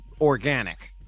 organic